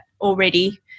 already